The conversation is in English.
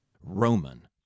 Roman